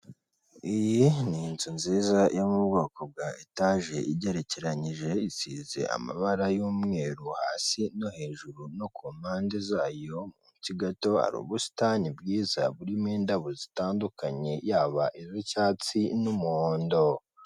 Iyi ni inzu nziza yo mu bwoko bwa etage igerekeranyije, isize amabara y'umweru hasi no hejuru no kumpande zayo; munsi gato hari ubusitani bwiza burimo indabo zitandukanye yaba iz'icyatsi n'umuhondo .